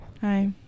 Hi